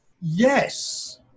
yes